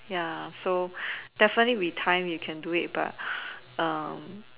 ya so that's why need we time we can do it but